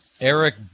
Eric